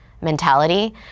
mentality